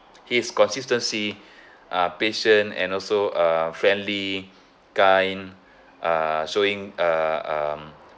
his consistency uh patient and also uh friendly kind uh showing uh um